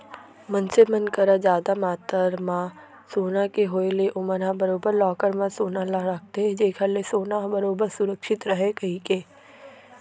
मनसे मन करा जादा मातरा म सोना के होय ले ओमन ह बरोबर लॉकर म सोना ल रखथे जेखर ले सोना ह बरोबर सुरक्छित रहय कहिके